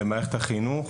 במערכת החינוך,